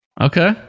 Okay